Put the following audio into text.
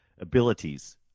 abilities